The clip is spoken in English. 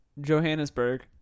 Johannesburg